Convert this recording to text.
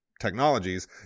technologies